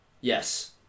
Yes